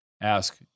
ask